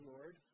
Lord